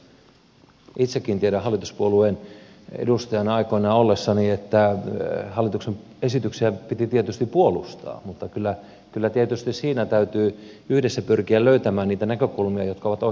itsekin tiedän hallituspuolueen edustajana aikoinaan oltuani että hallituksen esityksiä piti tietysti puolustaa mutta kyllä tietysti siinä täytyy yhdessä pyrkiä löytämään niitä näkökulmia jotka ovat oikeasti kantavia